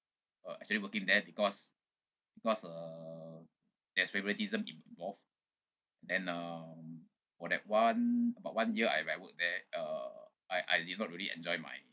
uh actually working there because because uh there's favouritism involved and um for that one about one year I where I work there uh I I did not really enjoy my